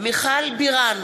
מיכל בירן,